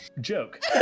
joke